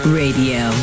radio